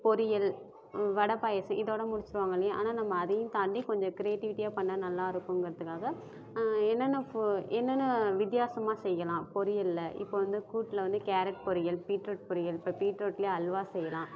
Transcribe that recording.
பொறியல் வடை பாயசம் இதோடு முடிச்சுடுவாங்க இல்லையா ஆனால் நம்ம அதையும் தாண்டி கொஞ்சம் க்ரியேட்டிவிட்டியாக பண்ணிணா நல்லா இருக்குங்கிறத்துக்காக என்னென்ன ஃபு என்னென்ன வித்தியாசமாக செய்யலாம் பொறியலில் இப்போ வந்து கூட்லே வந்து கேரட் பொறியல் பீட்ரூட் பொறியல் இப்போ பீட்ரூட்லேயே அல்வா செய்யலாம்